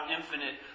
infinite